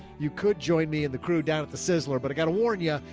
you could join me in the crew, down at the sizzler, but i gotta warn ya.